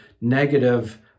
negative